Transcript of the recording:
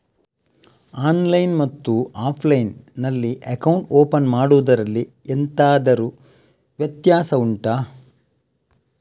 online ಮತ್ತು offline ನಲ್ಲಿ account open ಮಾಡುವುದರಲ್ಲಿ ಎಂತಾದರು ವ್ಯತ್ಯಾಸ ಉಂಟಾ